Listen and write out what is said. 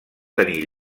tenir